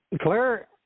Claire